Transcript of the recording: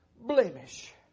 blemish